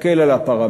מסתכל על הפרמטרים,